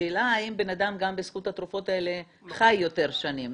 השאלה האם בן אדם גם בזכות התרופות האלה חי יותר שנים,